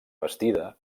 bastida